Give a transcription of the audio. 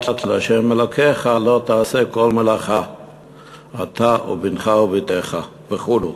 לה' אלקיך לא תעשה כל מלאכה אתה ובנך ובתך" וכו'.